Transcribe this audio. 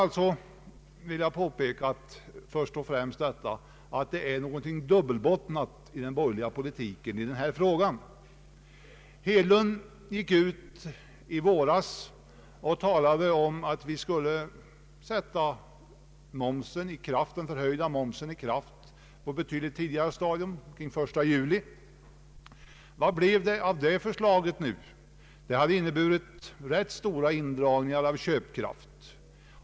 Jag vill alltså först och främst påpeka att det är något dubbelbottnat i den borgerliga politiken i denna fråga. Herr Hedlund gick ut i våras och talade om att vi skulle sätta den höjda momsen i kraft på ett betydligt tidigare stadium, den 1 juli. Vad blev det av detta förslag nu? Detta hade inneburit ganska stora indragningar av köpkraft.